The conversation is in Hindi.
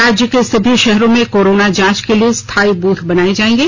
राज्य के सभी शहरों में कोरोना जांच के लिए स्थाई बूथ बनाए जाएंगे